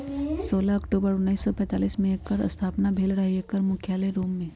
सोलह अक्टूबर उनइस सौ पैतालीस में एकर स्थापना भेल रहै एकर मुख्यालय रोम में हइ